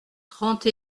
trente